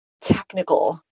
technical